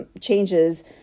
changes